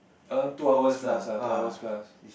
around two hours plus ah two hours plus